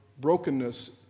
brokenness